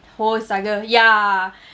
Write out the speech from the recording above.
whole struggle ya